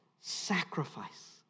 sacrifice